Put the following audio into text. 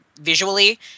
visually